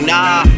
Nah